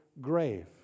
grave